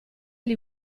gli